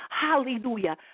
Hallelujah